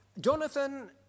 Jonathan